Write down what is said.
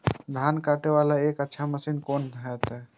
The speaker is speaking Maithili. धान कटे वाला एक अच्छा मशीन कोन है ते?